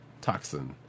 Toxin